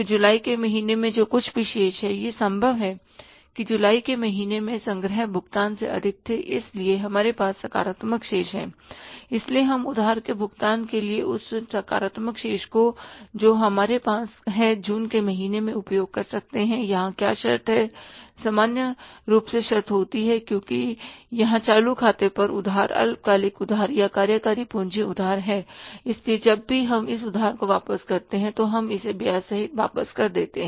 फिर जुलाई के महीने में जो कुछ भी शेष है यह संभव है कि जुलाई के महीने में संग्रह भुगतान से अधिक थे इसलिए हमारे पास सकारात्मक शेष है इसलिए हम उधार के भुगतान करने के लिए उस सकारात्मक शेष को जो हमारे पास है जून के महीने में उपयोग कर सकते हैं यहाँ क्या शर्त है सामान्य रूप शर्त होती है क्योंकि यहाँ चालू खाते पर उधार अल्पकालिक उधार या कार्यकारी पूंजी उधार है इसलिए जब भी हम इस उधार को वापस करते हैं तो हम इसे ब्याज सहित वापस कर देते हैं